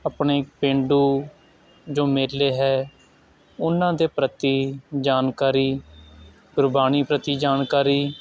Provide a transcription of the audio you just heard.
ਆਪਣੇ ਪੇਂਡੂ ਜੋ ਮੇਲੇ ਹੈ ਉਹਨਾਂ ਦੇ ਪ੍ਰਤੀ ਜਾਣਕਾਰੀ ਗੁਰਬਾਣੀ ਪ੍ਰਤੀ ਜਾਣਕਾਰੀ